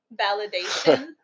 validation